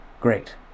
Great